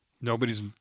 Nobody's